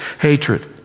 hatred